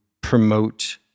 promote